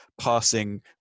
passing